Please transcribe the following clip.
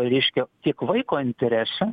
reiškia tiek vaiko interese